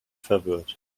verwirrt